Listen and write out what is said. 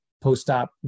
post-op